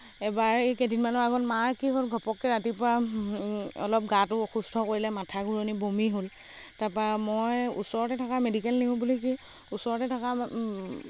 এবাৰ এই কেইদিনমানৰ আগত মাৰ কি হ'ল ঘপককে ৰাতিপুৱা অলপ গাটো অসুস্থ কৰিলে মাথা ঘূৰণি বমি হ'ল তাৰপা মই ওচৰতে থকা মেডিকেল নিও বুলি কি ওচৰতে থকা